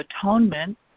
Atonement